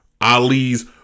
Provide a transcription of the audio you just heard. Ali's